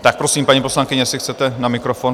Tak prosím, paní poslankyně, jestli chcete na mikrofon.